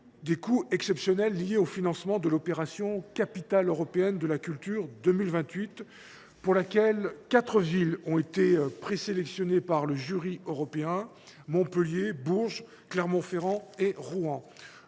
des coûts exceptionnels liés au financement de l’opération Capitale européenne de la culture de 2028, pour laquelle quatre villes ont été présélectionnées par le jury européen : Montpellier, Bourges, Clermont Ferrand et Rouen.